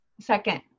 Second